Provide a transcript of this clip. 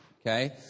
okay